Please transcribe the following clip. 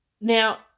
Now